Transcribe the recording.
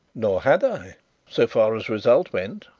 nor had i so far as result went.